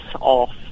off